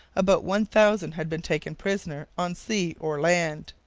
about one thousand had been taken prisoner on sea or land.